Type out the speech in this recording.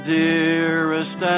dearest